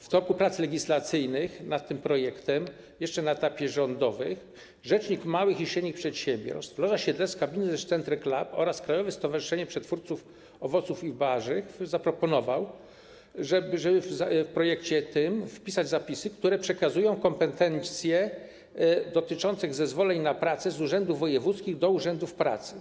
W toku prac legislacyjnych nad tym projektem jeszcze na etapie rządowym rzecznik małych i średnich przedsiębiorstw, Loża Siedlecka Business Centre Club oraz Krajowe Stowarzyszenie Przetwórców Owoców i Warzyw zaproponowały, żeby w projekcie tym umieścić zapisy, które przekazują kompetencje dotyczące wydawania zezwoleń na pracę z urzędów wojewódzkich do urzędów pracy.